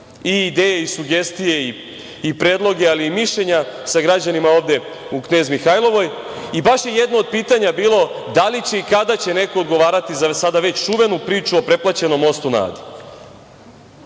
i ideje i sugestije i predloge, ali i mišljenja sa građanima ovde u Knez Mihajlovoj i baš je jedno od pitanja bilo – da li će i kada će neko odgovarati za sada već čuvenu priču o pretplaćenom mostu na